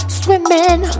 swimming